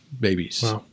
babies